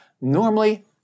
normally